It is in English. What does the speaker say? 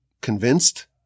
convinced